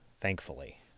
thankfully